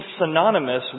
synonymous